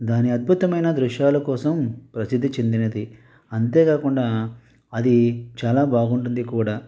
దాని అద్భుతమైన దృశ్యాల కోసం ప్రసిద్ధి చెందినది అంతేకాకుండా అది చాలా బాగుంటుంది కూడా